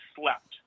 slept